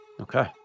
Okay